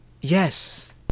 Yes